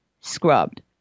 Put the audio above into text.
scrubbed